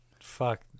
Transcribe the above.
fuck